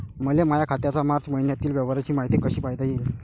मले माया खात्याच्या मार्च मईन्यातील व्यवहाराची मायती कशी पायता येईन?